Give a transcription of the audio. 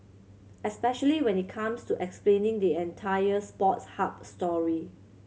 especially when it comes to explaining the entire Sports Hub story